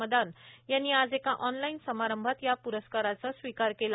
मदान यांनी आज एका ऑनलाईन समारंभात या प्रस्काराचा स्वीकार केला